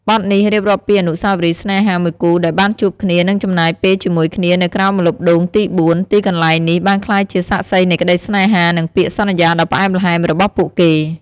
បទនេះរៀបរាប់ពីអនុស្សាវរីយ៍ស្នេហាមួយគូដែលបានជួបគ្នា និងចំណាយពេលជាមួយគ្នានៅក្រោមម្លប់ដូងទីបួន ទីកន្លែងនេះបានក្លាយជាសាក្សីនៃក្តីស្នេហា និងពាក្យសន្យាដ៏ផ្អែមល្ហែមរបស់ពួកគេ។